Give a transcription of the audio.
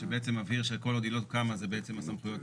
שבעצם מבהיר שכל עוד היא לא קמה אז בעצם הסמכויות